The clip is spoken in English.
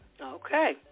Okay